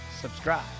subscribe